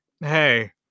hey